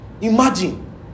Imagine